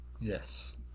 Yes